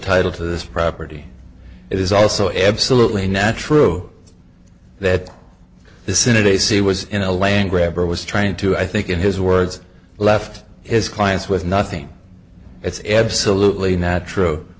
title to this property it is also absolutely natural that the senate a c was in a land grab or was trying to i think in his words left his clients with nothing it's absolutely not true